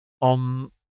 on